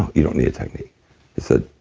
you don't need a technique said,